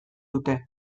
dute